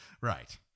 Right